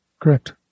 Correct